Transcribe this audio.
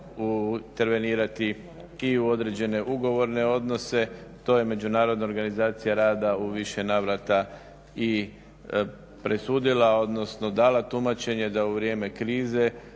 intervenirati i u određene ugovorne odnose. To je Međunarodna organizacija rada u više navrata i presudila odnosno dala tumačenje da u vrijeme krize